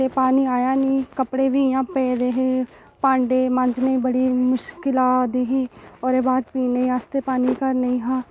कि पानी आया नेईं कपड़े बी इ'यां पेदे हे भांडे मांजने ई बड़ी मुश्कल आ दी ही ओह्दे बाद पीने आस्तै पानी घर निं हा